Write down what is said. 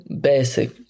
basic